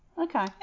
Okay